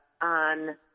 on